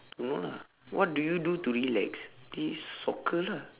don't know lah what do you do to relax play soccer lah